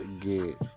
get